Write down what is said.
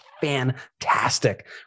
fantastic